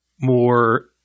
more